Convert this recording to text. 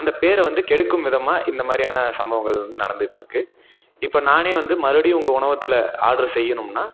அந்த பேரை வந்து கெடுக்கும் விதமாக இந்த மாதிரியான சம்பவங்கள் வந்து நடந்துகிட்ருக்கு இப்போ நானே வந்து மறுபடியும் உங்கள் உணவகத்தில் ஆர்டரு செய்யணும்னால்